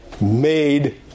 Made